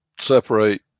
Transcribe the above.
Separate